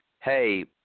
hey